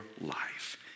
life